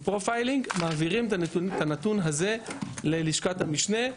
מפרופיילינג, מעבירים את הנתון הזה ללשכת המשנה.